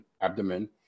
abdomen